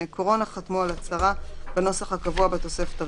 קורונה חתמו על הצהרה בנוסח הקבוע בתוספת הראשונה,